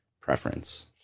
preference